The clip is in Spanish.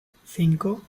cinco